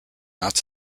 not